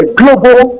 global